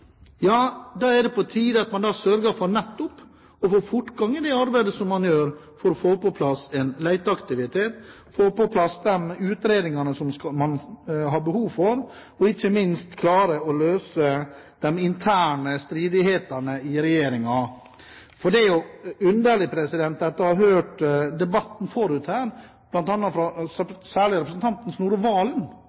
Da er det på tide at man sørger for nettopp å få fortgang i arbeidet for å få på plass en leteaktivitet, få på plass de utredningene man har behov for, og ikke minst klare å løse de interne stridighetene i regjeringen. For det er jo underlig å høre debattene forut for denne – særlig representanten Snorre Serigstad Valen,